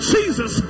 Jesus